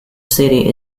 city